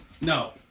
No